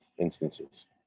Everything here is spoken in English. instances